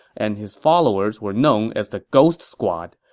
and his followers were known as the ghost squad,